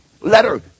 letter